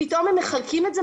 פתאום הם מחלקים את זה?